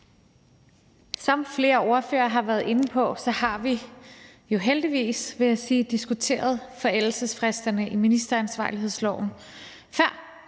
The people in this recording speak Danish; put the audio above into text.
Som flere ordførere har været inde på, har vi jo heldigvis, vil jeg sige, diskuteret forældelsesfristerne i ministeransvarlighedsloven før.